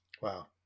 Wow